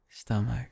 stomach